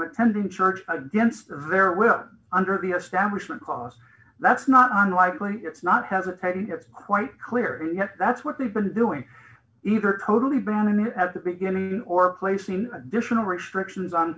attending church against their will under the establishment's cause that's not unlikely it's not hesitating it's quite clear yet that's what they've been doing either totally banning it as a beginning or placing additional restrictions on